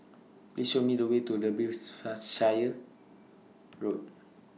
Please Show Me The Way to Derbyshire Road